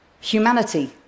humanity